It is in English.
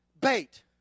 bait